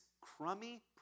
crummy